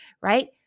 Right